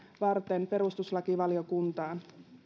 varten perustuslakivaliokuntaan